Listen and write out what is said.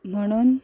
म्हणून